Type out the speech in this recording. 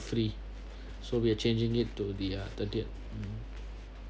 free so we're changing it to the uh thirtieth